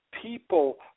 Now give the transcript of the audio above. people